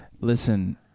listen